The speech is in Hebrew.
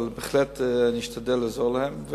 אבל בהחלט אני אשתדל לעזור להם,